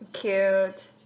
Cute